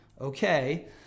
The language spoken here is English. okay